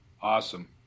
Awesome